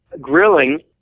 grilling